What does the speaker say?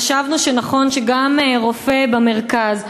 חשבנו שנכון שגם רופא במרכז,